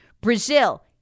Brazil